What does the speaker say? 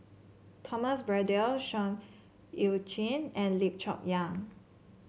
Thomas Braddell Seah Eu Chin and Lim Chong Yah